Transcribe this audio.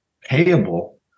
payable